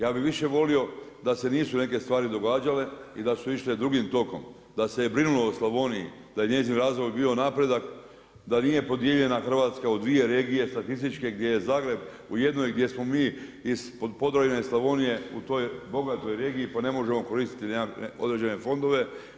Ja bih više volio da se nisu neke stvari događale i da su išle drugim tokom, da se je brinulo o Slavoniji, da je njezin razvoj bio napredak, da nije podijeljena Hrvatska u dvije regije, statističke, gdje je Zagreb u jednoj, gdje smo mi iz Podravine i Slavonije u toj bogatoj regiji pa ne možemo koristiti određene fondove.